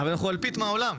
אבל אנחנו רק אלפית מהעולם,